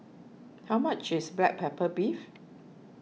how much is Black Pepper Beef